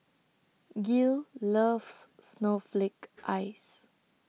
Gil loves Snowflake Ice